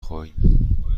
خواهیم